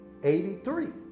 83